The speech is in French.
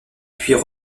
puis